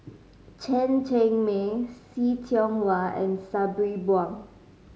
Chen Cheng Mei See Tiong Wah and Sabri Buang